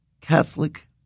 Catholic